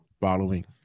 following